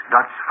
Dutch